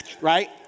Right